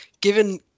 given